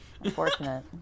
Unfortunate